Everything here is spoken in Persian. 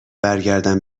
برگردم